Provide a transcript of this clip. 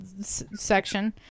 section